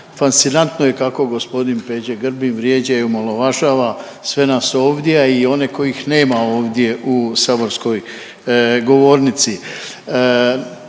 fascinantno je kako gospodin Peđa Grbin vrijeđa i omalovažava sve nas ovdje, a i one kojih nema ovdje u saborskoj govornici.